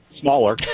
smaller